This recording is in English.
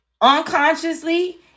unconsciously